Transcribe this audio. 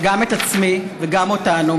וגם את עצמי וגם אותנו,